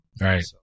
Right